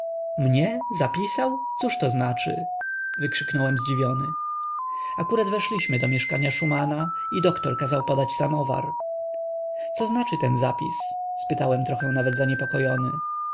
mnie zapisał cóżto znaczy wykrzyknąłem zdziwiony akurat weszliśmy do mieszkania szumana i doktor kazał podać samowar co znaczy ten zapis spytałem trochę nawet zaniepokojony